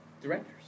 Directors